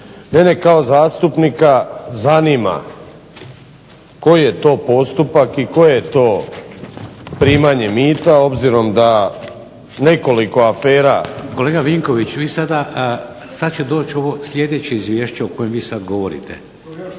Mene kao zastupnika zanima koji je to postupak i koje je to primanje mita, obzirom da nekoliko afera.